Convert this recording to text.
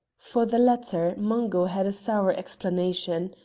for the latter mungo had a sour explanation.